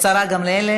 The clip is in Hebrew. השרה גמליאל,